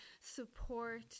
support